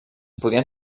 podien